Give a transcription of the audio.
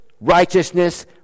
righteousness